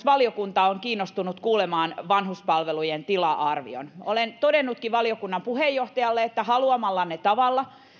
valiokunta on kiinnostunut kuulemaan vanhuspalvelujen tila arvion olen todennutkin valiokunnan puheenjohtajalle että haluamallanne tavalla